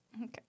Okay